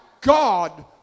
God